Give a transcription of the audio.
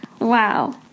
Wow